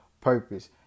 purpose